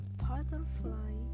butterfly